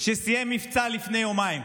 שסיים מבצע לפני יומיים,